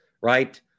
right